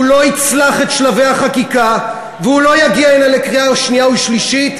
הוא לא יצלח את שלבי החקיקה והוא לא יגיע הנה לקריאה שנייה ושלישית.